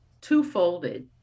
two-folded